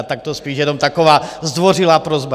Tak to je spíš jenom taková zdvořilá prosba.